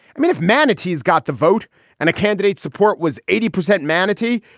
i mean, if manatee's got the vote and a candidate's support was eighty percent manatee,